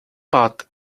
but